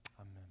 Amen